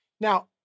Now